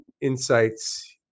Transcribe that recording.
insights